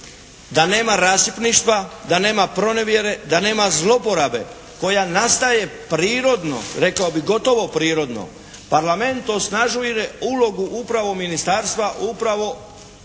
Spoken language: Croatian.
da nema rasipništva, da nema pronevjere, da nema zloporabe koja nastaje prirodno, rekao bih gotovo prirodno. Parlament osnažuje ulogu upravo ministarstva, upravo